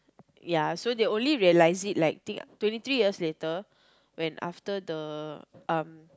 ya so they only realise it like think twenty three years later when after the um